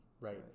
right